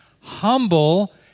humble